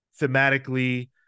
thematically